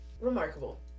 remarkable